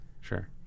Sure